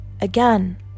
again